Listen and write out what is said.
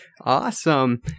Awesome